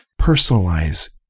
personalize